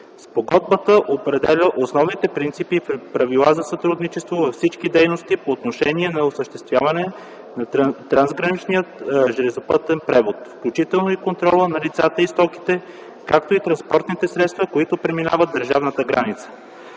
Спогодбата определя основните принципи и правила за сътрудничество във всички дейности по отношение на осъществяване на трансграничния железопътен превоз, включително и контрола на лицата и стоките, както и транспортните средства, които преминават държавната граница.